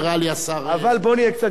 אבל בוא נהיה קצת יותר רציניים.